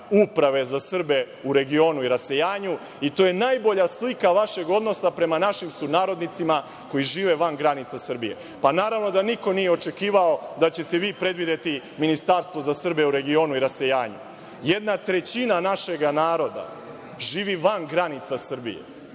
Uprave za Srbe u regionu i rasejanju i to je najbolja slika vašeg odnosa prema našim sunarodnicima koji žive van granica Srbije. Pa, naravno da niko nije očekivao da ćete vi predvideti ministarstvo za Srbe u regionu i rasejanju. Jedna trećina našega naroda živi van granica Srbije.